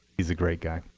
he's a great guy.